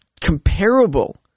comparable